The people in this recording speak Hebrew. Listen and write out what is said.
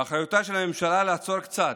באחריותה של הממשלה לעצור קצת,